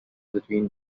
between